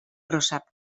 sap